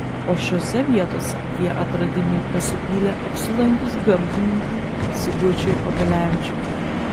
o šiose vietose tie atradimai pasipylė apsilankius gamtininkui sigučiui obelevičiui